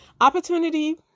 opportunity